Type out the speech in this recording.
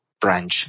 branch